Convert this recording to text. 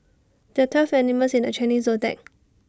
there're twelve animals in the Chinese Zodiac